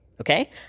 okay